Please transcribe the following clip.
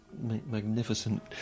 magnificent